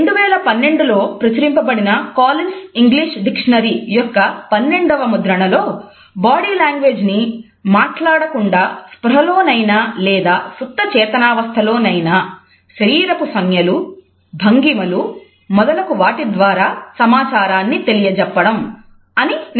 2012లో ప్రచురింపబడిన Collins English dictionary యొక్క పన్నెండవ ముద్రణలో బాడీ లాంగ్వేజ్ ని "మాట్లాడకుండా స్పృహలోనైనా లేదా సుప్తచేతనావస్థలో నైనా శరీరపు సంజ్ఞలు భంగిమలు మొదలగు వాటి ద్వారా సమాచారాన్ని తెలియజెప్పడం" అని నిర్వచనం ఇచ్చారు